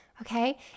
Okay